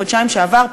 חודשיים שעברו,